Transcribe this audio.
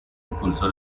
impulso